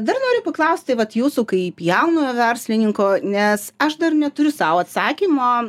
dar noriu paklausti vat jūsų kaip jaunojo verslininko nes aš dar neturiu sau atsakymo